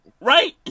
right